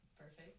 perfect